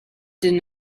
deny